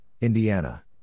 Indiana